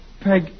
Peg